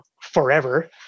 forever